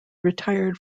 retired